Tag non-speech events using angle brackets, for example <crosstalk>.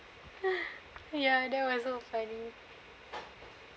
<laughs> ya that was so funny